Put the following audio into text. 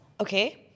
Okay